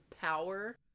power